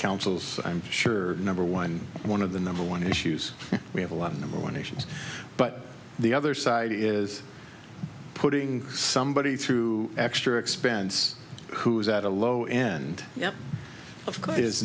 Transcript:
councils i'm sure number one one of the number one issues we have a lot of number one nations but the other side is putting somebody through extra expense who is at the low end